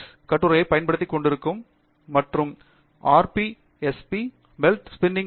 tex கட்டுரையை கொண்டிருக்கும் மற்றும் ஆர்எஸ்பி மெல்ட் ஸ்ப்னிங்